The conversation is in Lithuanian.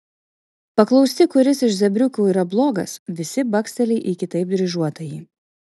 paklausti kuris iš zebriukų yra blogas visi baksteli į kitaip dryžuotąjį